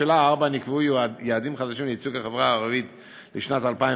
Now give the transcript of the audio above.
לשאלה 4: נקבעו יעדים חדשים לייצוג החברה הערבית לשנת 2021,